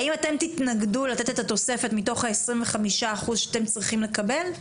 האם אתם תתנגדו לתת את התוספת מתוך העשרים וחמישה אחוז שאתם צריכים לתת?